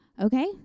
Okay